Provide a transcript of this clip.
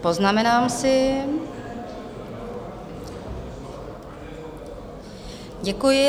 Poznamenám si, děkuji.